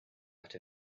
out